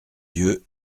yeux